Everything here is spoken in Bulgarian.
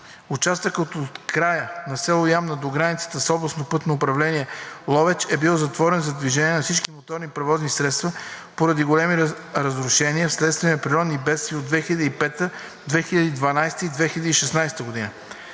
Участъкът от края на село Ямна до границата с Областно пътно управление – Ловеч, е бил затворен за движение на всички моторни превозни средства поради големи разрушения вследствие на природни бедствия от 2005-а, 2012-а и 2016 г.